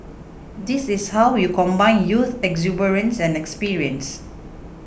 this is how you combine youth exuberance and experience